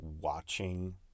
watching